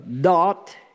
dot